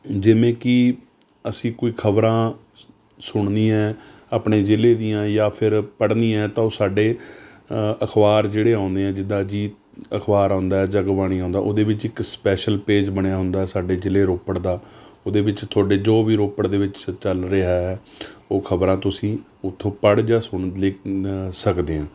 ਜਿਵੇਂ ਕੀ ਅਸੀਂ ਕੋਈ ਖਬਰਾਂ ਸ ਸੁਣਨੀਆਂ ਹੈ ਆਪਣੇ ਜ਼ਿਲ੍ਹੇ ਦੀਆਂ ਜਾਂ ਫੇਰ ਪੜ੍ਹਨੀਆਂ ਤਾਂ ਉਹ ਸਾਡੇ ਅਖ਼ਬਾਰ ਜਿਹੜੇ ਆਉਂਦੇ ਹਾਂ ਜਿੱਦਾਂ ਅਜੀਤ ਅਖ਼ਬਾਰ ਆਉਂਦਾ ਜੱਗ ਬਾਣੀ ਉਹਦੇ ਵਿੱਚ ਇੱਕ ਸਪੈਸ਼ਲ ਪੇਜ ਬਣਿਆ ਹੁੰਦਾ ਸਾਡੇ ਜ਼ਿਲ੍ਹੇ ਰੋਪੜ ਦਾ ਉਹਦੇ ਵਿੱਚ ਤੁਹਾਡੇ ਜੋ ਵੀ ਰੋਪੜ ਦੇ ਵਿੱਚ ਚੱਲ ਰਿਹਾ ਹੈ ਉਹ ਖਬਰਾਂ ਤੁਸੀਂ ਉਥੋਂ ਪੜ੍ਹ ਜਾਂ ਸੁਣ ਲਿਖ ਸਕਦੇ ਹਾਂ